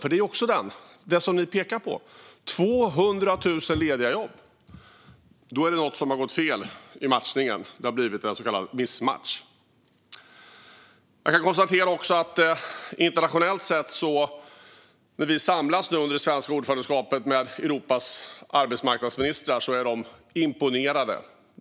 För det är ju även den frågan, som ni också pekar på. När det finns 200 000 lediga jobb är det något som har gått fel i matchningen. Det har blivit en så kallad missmatchning. Jag kan internationellt sett konstatera att när vi samlas under det svenska ordförandeskapet med Europas arbetsmarknadsministrar är de imponerade.